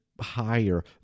higher